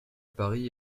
paris